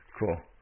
Cool